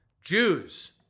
Jews